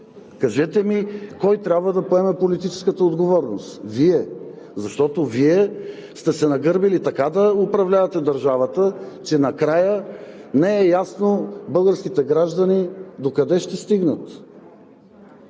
Кажете ми кой трябва да поеме политическата отговорност? Вие! Защото Вие сте се нагърбили така да управлявате държавата, че накрая не е ясно българските граждани докъде ще стигнат!